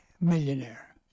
millionaire